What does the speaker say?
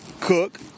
Cook